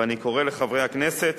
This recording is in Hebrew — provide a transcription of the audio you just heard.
ואני קורא לחברי הכנסת